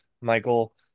Michael